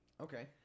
Okay